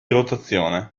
rotazione